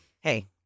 Hey